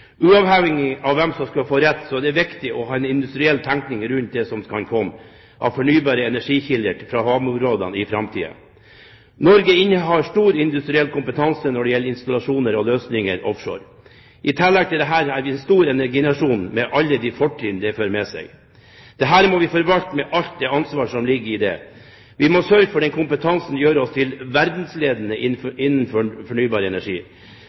Uavhengig av hvem som skulle får rett, er det viktig å ha en industriell tenkning rundt det som kan komme av fornybare energikilder fra havområdene i framtiden. Norge innehar stor industriell kompetanse når det gjelder installasjoner og løsninger offshore. I tillegg til dette er vi en stor energinasjon, med alle de fortrinn det fører med seg. Det må vi forvalte med alt det ansvar som ligger i det. Vi må sørge for at denne kompetansen gjør oss til verdensledende innenfor fornybar energi.